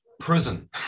prison